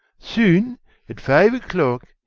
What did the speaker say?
soon at five o'clock,